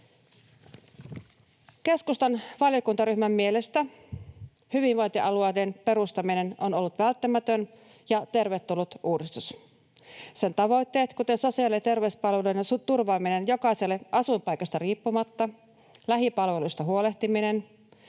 Keskustan valiokuntaryhmän mielestä hyvinvointialueiden perustaminen on ollut välttämätön ja tervetullut uudistus. Sen tavoitteet, kuten sosiaali- ja terveyspalveluiden turvaaminen jokaiselle asuinpaikasta riippumatta, lähipalveluista huolehtiminen,